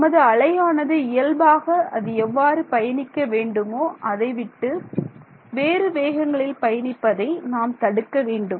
நமது அலையானது இயல்பாக அது எவ்வாறு பயணிக்க வேண்டுமோ அதை விட்டு வேறு வேகங்களில் பயணிப்பதை நாம் தடுக்க வேண்டும்